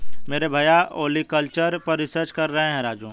मेरे भैया ओलेरीकल्चर पर रिसर्च कर रहे हैं राजू